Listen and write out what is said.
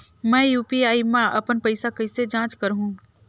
मैं यू.पी.आई मा अपन पइसा कइसे जांच करहु?